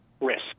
risk